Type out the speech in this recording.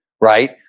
Right